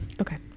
Okay